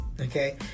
Okay